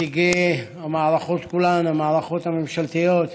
נציגי המערכות כולן, המערכות הממשלתיות,